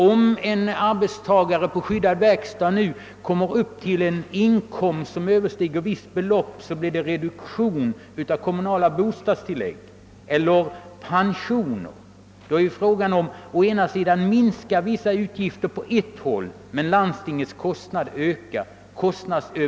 Om en arbetstagare på skyddad verkstad nu når upp till en inkomst som överstiger ett visst belopp blir det en reduktion av kommunala bostadstillägg eller pensioner. Vissa utgifter på ett håll minskar alltså men landstingets kostnader ökas.